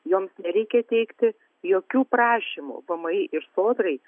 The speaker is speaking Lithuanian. joms nereikia teikti jokių prašymų vmi ir sodrai